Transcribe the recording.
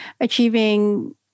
achieving